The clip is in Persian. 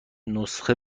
نسخه